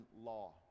law